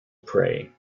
pray